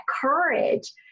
courage